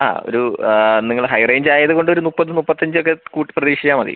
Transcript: ആ ഒരു നിങ്ങൾ ഹൈ റേഞ്ചായത് കൊണ്ടൊരു മുപ്പത് മുപ്പത്തഞ്ചൊക്കെ കൂട്ടി പ്രതീഷിച്ചാൽ മതി